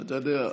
אתה יודע,